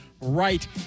right